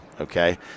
Okay